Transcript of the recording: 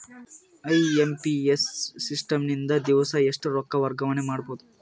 IMPS system ನಿಂದ ದಿವಸಾ ಎಷ್ಟ ರೊಕ್ಕ ವರ್ಗಾವಣೆ ಮಾಡಬಹುದು?